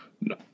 No